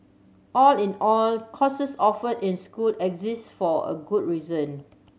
all in all courses offered in school exist for a good reason